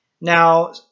now